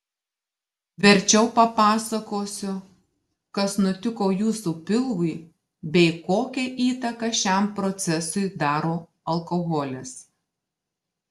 verčiau papasakosiu kas nutiko jūsų pilvui bei kokią įtaką šiam procesui daro alkoholis